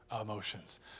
emotions